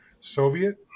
Soviet